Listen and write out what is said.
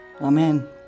Amen